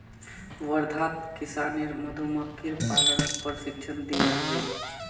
वर्धाक किसानेर मधुमक्खीर पालनत प्रशिक्षण दियाल गेल